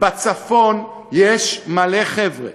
בצפון יש מלא חבר'ה,